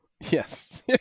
Yes